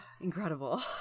Incredible